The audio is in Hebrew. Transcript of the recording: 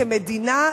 כמדינה,